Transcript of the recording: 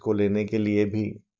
इसको लेने के लिए भी